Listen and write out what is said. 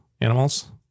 animals